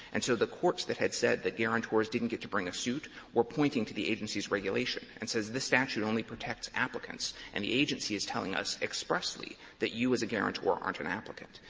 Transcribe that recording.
and so the courts that had said that guarantors didn't get to bring a suit were pointing to the agency's regulation and says this statute only protects applicants. and the agency is telling us expressly that you as a guarantor aren't an applicant.